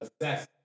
assess